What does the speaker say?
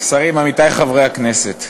שרים, עמיתי חברי הכנסת,